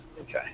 Okay